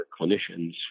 clinicians